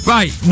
Right